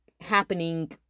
happening